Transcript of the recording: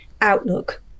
outlook